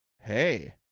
Hey